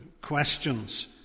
questions